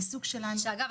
אגב,